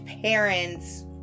parents